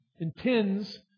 intends